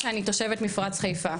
מפרץ חיפה